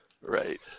Right